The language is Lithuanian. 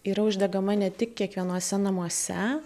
yra uždegama ne tik kiekvienuose namuose